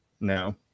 No